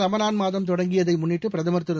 ரமலான் மாதம் தொடங்கியதை முன்னிட்டு பிரதமர் திரு